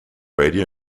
radio